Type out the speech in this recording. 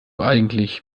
eigentlich